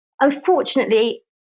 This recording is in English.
Unfortunately